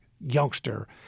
youngster